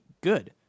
good